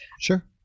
Sure